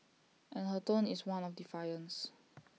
and her tone is one of defiance